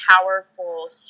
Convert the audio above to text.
powerful